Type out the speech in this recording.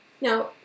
Now